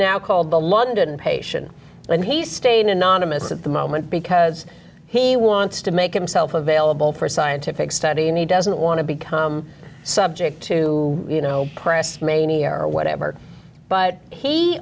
now called the london patient and he stayed anonymous at the moment because he wants to make himself available for scientific study and he doesn't want to become subject to you know press mania or whatever but he